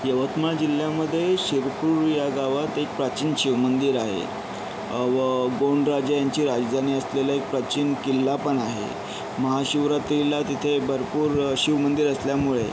यवतमाळ जिल्ह्यामध्ये शिरपूर या गावात एक प्राचीन शिवमंदिर आहे व गोंडराजे यांची राजधानी असलेला एक प्राचीन किल्ला पण आहे महाशिवरात्रीला तिथे भरपूर शिवमंदिर असल्यामुळे